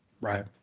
Right